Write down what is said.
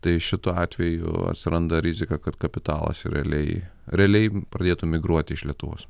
tai šituo atveju atsiranda rizika kad kapitalas realiai realiai pradėtų migruoti iš lietuvos